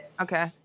Okay